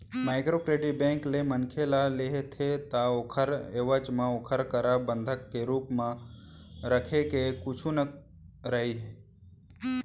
micro credit bank ले मनखे ह लेथे ता ओखर एवज म ओखर करा बंधक के रुप म रखे के कुछु नइ राहय